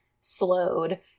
slowed